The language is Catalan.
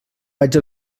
vaig